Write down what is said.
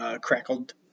crackled